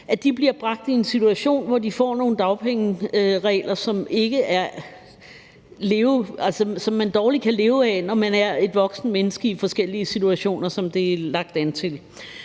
så de bliver bragt i en situation, hvor de får nogle dagpenge, som man dårlig kan leve af, når man er et voksent menneske i forskellige situationer, sådan som det er lagt an.